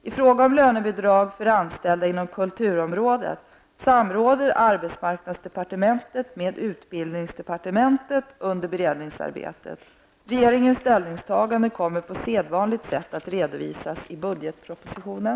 I fråga om lönebidrag för anställda inom kulturområdet samråder arbetsmarknadsdepartementet med utbildningsdepartementet under beredningsarbetet. Regeringens ställningstaganden kommer på sedvanligt sätt att redovisas i budgetpropositionen.